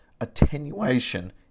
attenuation